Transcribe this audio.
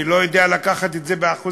אני לא יודע לקחת את זה באחוזים,